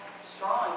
strong